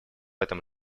этом